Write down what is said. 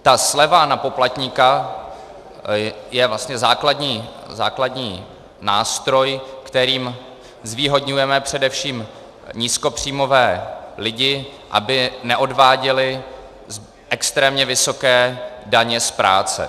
Ta sleva na poplatníka je vlastně základní nástroj, kterým zvýhodňujeme především nízkopříjmové lidi, aby neodváděli extrémně vysoké daně z práce.